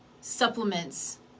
supplements